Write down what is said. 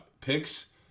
picks